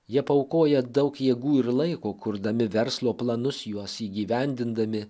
jie paaukoja daug jėgų ir laiko kurdami verslo planus juos įgyvendindami